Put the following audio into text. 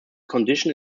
condition